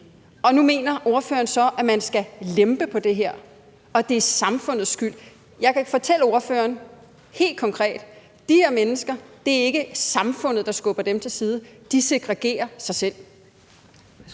og nu mener ordføreren så, at man skal lempe på det her, og at det er samfundets skyld. Jeg kan fortælle ordføreren helt konkret, at det ikke er samfundet, der skubber de her mennesker til side – de segregerer sig selv.